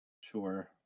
sure